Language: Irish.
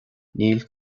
níl